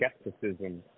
skepticism